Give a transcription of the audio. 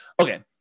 Okay